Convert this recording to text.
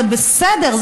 זה בסדר,